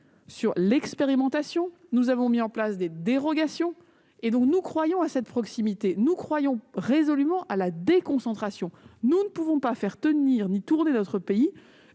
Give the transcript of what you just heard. de la Constitution. Nous avons mis en place des dérogations. Nous croyons donc à cette proximité et nous croyons résolument à la déconcentration. Nous ne pouvons pas faire tenir ni tourner notre pays